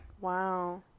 Wow